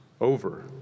over